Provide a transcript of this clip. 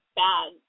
bad